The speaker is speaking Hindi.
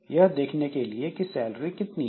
यह देखने के लिए कि सैलरी कितनी है